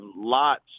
lots